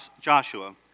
Joshua